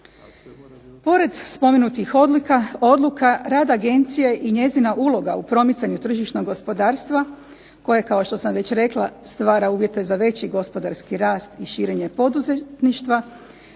Pored spomenutih odluka rad agencije i njezina uloga u promicanju tržišnog gospodarstva koje kao što sam već rekla stvara uvjete za veći gospodarski rast i širenje poduzetništva